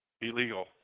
Illegal